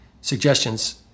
suggestions